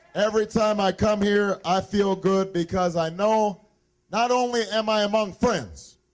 every time i come here, i feel good, because i know not only am i um um friends